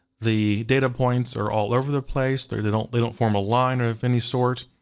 the data points are all over the place, they they don't they don't form a line of any sort.